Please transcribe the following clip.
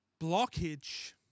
blockage